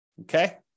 Okay